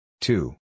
Two